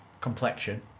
complexion